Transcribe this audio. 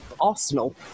arsenal